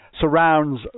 surrounds